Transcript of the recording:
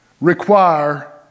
require